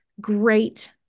great